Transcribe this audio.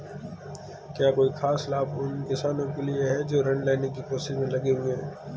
क्या कोई खास लाभ उन किसानों के लिए हैं जो ऋृण लेने की कोशिश में लगे हुए हैं?